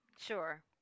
Sure